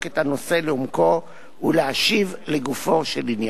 את הנושא לעומקו ולהשיב לגופו של עניין.